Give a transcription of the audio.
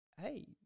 hey